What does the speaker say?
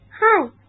Hi